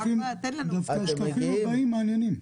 דווקא השקפים הבאים מעניינים.